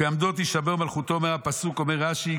"וּכְעָמְדוֹ תשבר מלכותו" מהפסוק אומר רש"י: